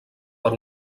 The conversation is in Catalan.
per